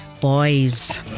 boys